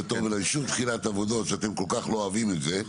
אישור תחילת עבודות שאתם כל כך לא אוהבים את זה.